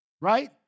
right